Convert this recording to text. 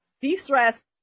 de-stress